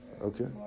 Okay